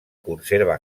conserva